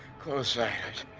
closed site.